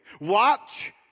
Watch